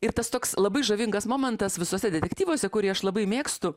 ir tas toks labai žavingas momentas visuose detektyvuose kurį aš labai mėgstu